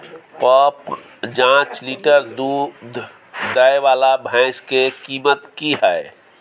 प जॉंच लीटर दूध दैय वाला भैंस के कीमत की हय?